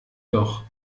doch